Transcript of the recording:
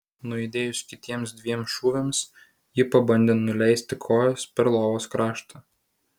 nuaidėjus kitiems dviem šūviams ji pabandė nuleisti kojas per lovos kraštą